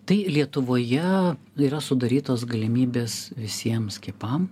tai lietuvoje yra sudarytos galimybės visiem skiepam